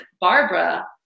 Barbara